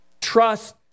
Trust